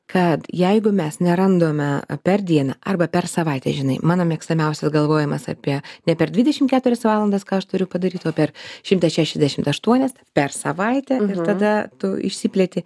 kad jeigu mes nerandome per dieną arba per savaitę žinai mano mėgstamiausias galvojimas apie ne per dvidešim keturias valandas ką aš turiu padaryt o per šimtą šešiasdešim aštuonias per savaitę ir tada tu išsiplėti